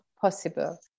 possible